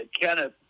Kenneth